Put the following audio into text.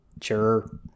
Sure